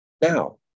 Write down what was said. now